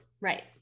right